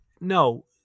no